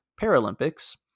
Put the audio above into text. Paralympics